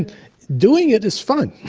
and doing it is fun,